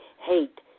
Hate